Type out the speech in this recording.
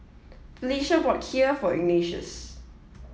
Felicia bought Kheer for Ignatius